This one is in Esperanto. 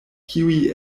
kiuj